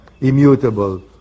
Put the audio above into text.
immutable